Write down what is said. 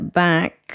back